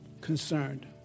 Concerned